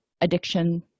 addiction